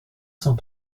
cent